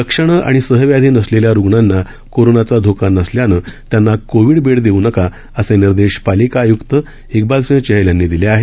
लक्षणं आणि सहव्याधी नसलेल्या रुग्णांना कोरोनाचा धोका नसल्यानं त्यांना कोविड बेड देऊ नका असे निर्देश पालिका आय्क्त इकबालसिंह चहल यांनी दिले आहेत